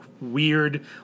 weird